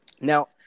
Now